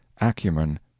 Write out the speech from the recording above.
acumen